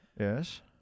Yes